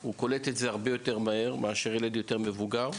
הוא קולט את זה הרבה יותר מהר מאשר ילד מבוגר יותר.